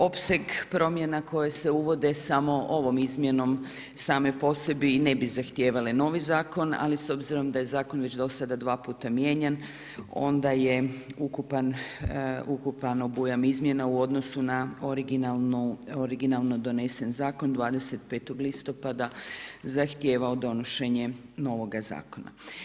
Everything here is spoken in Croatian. Opseg promjena koje se uvode samo ovom izmjenom, same po sebi ne bi zahtijevale novi zakon ali s obzirom da je zakon već do sada dva puta mijenjan, onda je ukupan obujam izmjena u odnosu na originalno donesen zakon 25. listopada zahtijevao donošenje novoga zakona.